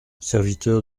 serviteur